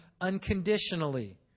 unconditionally